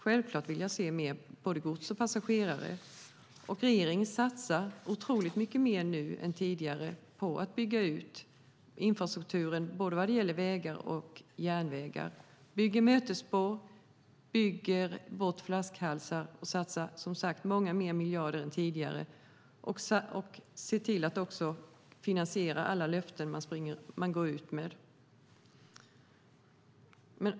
Självklart vill jag se mer både gods och passagerare, och regeringen satsar otroligt mycket mer nu än tidigare på att bygga ut infrastrukturen vad gäller både vägar och järnvägar. Man bygger mötesspår, bygger bort flaskhalsar och satsar som sagt många fler miljarder än tidigare. Man ser också till att finansiera alla löften man går ut med.